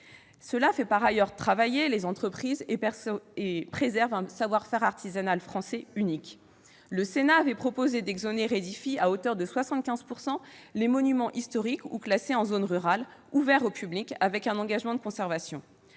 Cela fait par ailleurs travailler les entreprises et préserve un savoir-faire artisanal français unique. Le Sénat avait proposé d'exonérer d'IFI à hauteur de 75 % les monuments historiques ou classés en zone rurale, ouverts au public, avec un engagement de conservation.